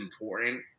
important